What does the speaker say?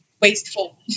wasteful